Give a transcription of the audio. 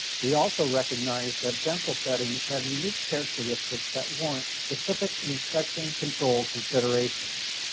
we also recognize that dental settings have unique characteristics that warrant specific infection control considerations.